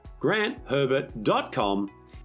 grantherbert.com